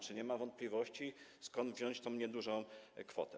Czy nie ma wątpliwości, skąd wziąć tę niedużą kwotę?